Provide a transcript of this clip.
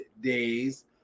days